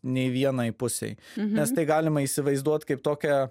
nei vienai pusei nes tai galima įsivaizduot kaip tokią